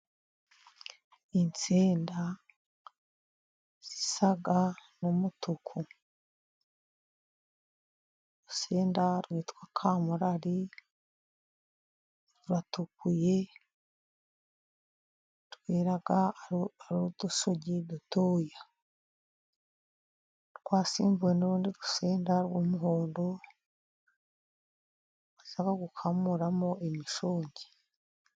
Insenda zisa n'umutuku. Urusenda rwitwa kamorari ruratukuye, rwera ari udushogi dutoya. Rwasimbuwe n'urundi rusenda rw'umuhodo, bajya gukamuramo imishongi.